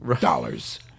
dollars